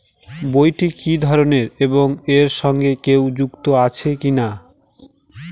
বইটি কি ধরনের এবং এর সঙ্গে কেউ যুক্ত আছে কিনা?